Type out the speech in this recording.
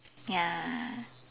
ya